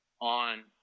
on